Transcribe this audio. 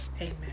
Amen